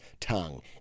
tongue